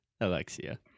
Alexia